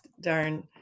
darn